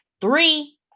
three